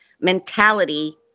mentality